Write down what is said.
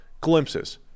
glimpses